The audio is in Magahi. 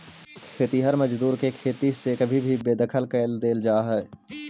खेतिहर मजदूर के खेती से कभी भी बेदखल कैल दे जा हई